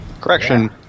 Correction